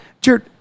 Jared